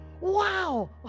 wow